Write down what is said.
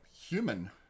human